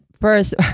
first